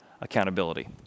accountability